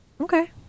Okay